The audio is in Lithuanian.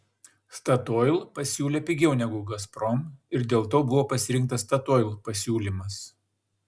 statoil pasiūlė pigiau negu gazprom ir dėl to buvo pasirinktas statoil pasiūlymas